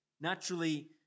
naturally